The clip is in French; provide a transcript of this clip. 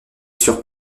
sur